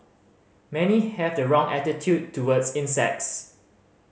many have the wrong attitude towards insects